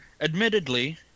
admittedly